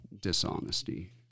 dishonesty